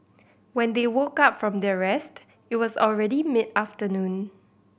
when they woke up from their rest it was already mid afternoon